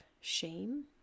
shame